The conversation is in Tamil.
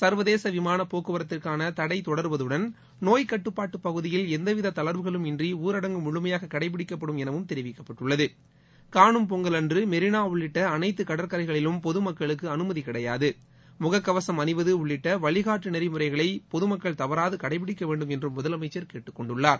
சர்வதேச விமான போக்குவரத்திற்கான தடை தொடருவதுடன் நோய் கட்டுப்பாட்டு பகுதியில் எந்தவித தளர்வுகளுமின்றி ஊரடங்கு முழுமையாக கடைப்பிடிக்கப்படும் எனவும் தெரிவிக்கப்பட்டுள்ளது கானும் பொங்கல் அன்று மெரினா உள்ளிட்ட அனைத்து கடற்கரைகளிலும் பொது மக்களுக்கு அனுமதி கிடையாது முகக்கவசம் அணிவது உள்ளிட்ட வழிகாட்டு நெறிமுறைகளை பொது மக்கள் தவறாது கடைபிடிக்க வேண்டும் என்றும் முதலமைச்சர் கேட்டுக்கொண்டுள்ளார்